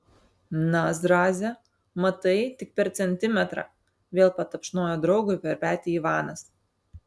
na zraze matai tik per centimetrą vėl patapšnojo draugui per petį ivanas